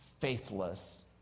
faithless